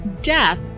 death